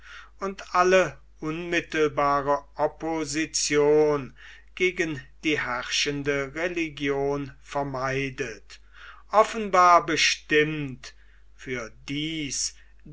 und alle unmittelbare opposition gegen die herrschende religion vermeidet offenbar bestimmt für dies